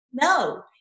No